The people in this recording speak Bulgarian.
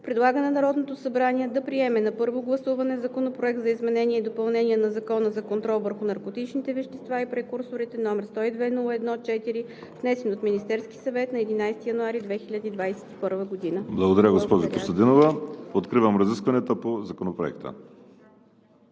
предлага на Народното събрание да приеме на първо гласуване Законопроект за изменение и допълнение на Закона за контрол върху наркотичните вещества и прекурсорите, № 102-01-4, внесен от Министерския съвет на 11 януари 2021 г.“ Благодаря. ПРЕДСЕДАТЕЛ ВАЛЕРИ СИМЕОНОВ: Благодаря, госпожо Костадинова. Откривам разискванията по Законопроекта.